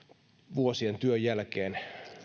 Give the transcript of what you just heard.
vuosien työn jälkeen